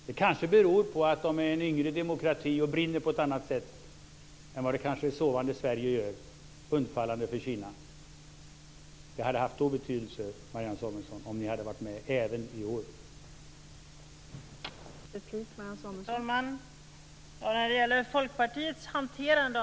Det kanske beror på att de är en yngre demokrati och brinner på ett annat sätt än vad det kanske sovande Sverige gör undfallande för Det hade haft stor betydelse om ni hade varit med även i år, Marianne Samuelsson.